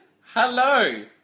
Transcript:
hello